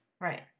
Right